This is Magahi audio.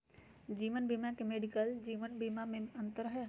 जीवन बीमा और मेडिकल जीवन बीमा में की अंतर है?